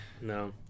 No